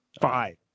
Five